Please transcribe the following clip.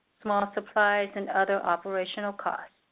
small supplies, and other operational costs.